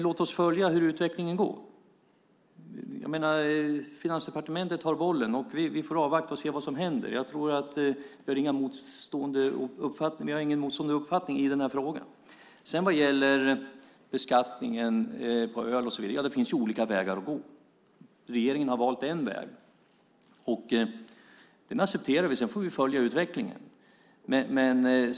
Låt oss följa hur utvecklingen går. Finansdepartementet har bollen. Vi får avvakta och se vad som händer. Vi har ingen motstående uppfattning i frågan. Sedan var det frågan om beskattningen av öl och så vidare. Det finns olika vägar att gå. Regeringen har valt en väg. Den accepterar vi. Sedan får vi följa utvecklingen.